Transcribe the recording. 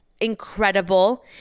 incredible